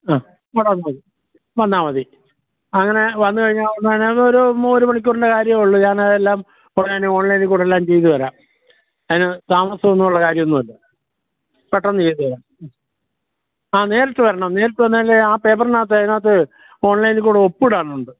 ആ ഫോട്ടോ അത് മതി ആ വന്നാൽ മതി അങ്ങനെ വന്ന് കഴിഞ്ഞാൽ അതൊരു ഒരു മണിക്കൂറിൻറ്റെ കാര്യമേ ഉളളു ഞാനത് എല്ലാം ഓൺലൈനില് കൂടെ എല്ലാ ചെയ്ത് തരാം അതിന് താമസം ഒന്നും ഉള്ള കാര്യല്ല പെട്ടെന്ന് ചെയ്ത് തരാം ആ നേരിട്ട് വരണം നേരിട്ട് വന്നാലെ ആ പേപ്പറിനകത്ത് അതിനകത്ത് ഓൺലൈനിൽ കൂടെ ഒപ്പിടാനുണ്ട്